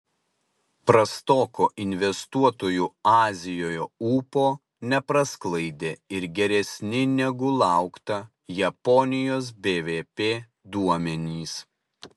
prastoko investuotojų azijoje ūpo neprasklaidė ir geresni negu laukta japonijos bvp duomenys